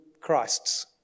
Christs